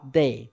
day